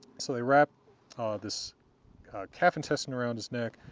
so they wrap this calf intestine around his neck,